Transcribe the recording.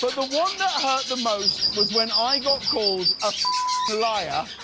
but the one that hurt the most was when i got called a liar,